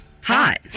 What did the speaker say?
Hot